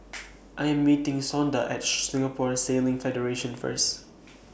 I Am meeting Shonda At Singapore Sailing Federation First